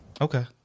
Okay